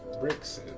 Bricks